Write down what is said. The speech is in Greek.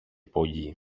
πολύ